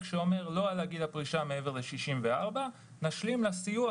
שאומר: לא עלה גיל הפרישה מעבר ל-64 נשלים לסיוע,